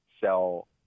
sell